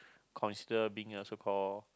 consider being a so call